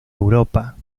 europa